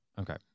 Okay